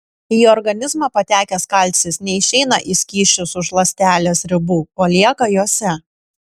į organizmą patekęs kalcis neišeina į skysčius už ląstelės ribų o lieka jose